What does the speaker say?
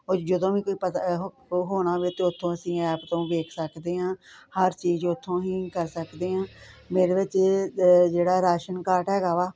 ਜਦੋਂ ਵੀ ਕੋਈ ਪਤਾ ਹ ਹੋਣਾ ਹੋਵੇ ਤਾਂ ਉੱਥੋਂ ਅਸੀਂ ਐਪ ਤੋਂ ਵੇਖ ਸਕਦੇ ਹਾਂ ਹਰ ਚੀਜ਼ ਉੱਥੋਂ ਹੀ ਕਰ ਸਕਦੇ ਹਾਂ ਮੇਰੇ ਵਿੱਚ ਜਿਹੜਾ ਰਾਸ਼ਨ ਕਾਰਟ ਹੈਗਾ ਵਾ